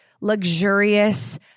luxurious